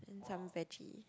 and some veggie